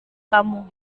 kamu